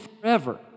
forever